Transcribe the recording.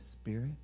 Spirit